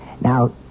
Now